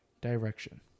direction